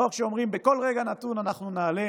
לא כשאומרים בכל רגע נתון: אנחנו נעלה